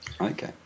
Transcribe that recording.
Okay